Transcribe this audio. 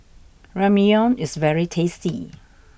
Ramyeon is very tasty